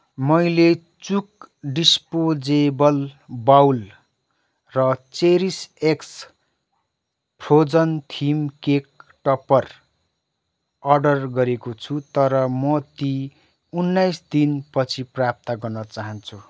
मैले चुक disposable bowl र चेरिस एक्स् frozen theme cake topper order गरेको छु तर म ती उन्नाइस दिनपछि प्राप्त गर्न चाहन्छु